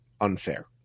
unfair